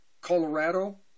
Colorado